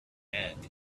and